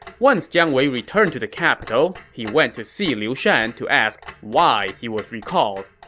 once jiang wei returned to the capital, he went to see liu shan to ask why he was recalled.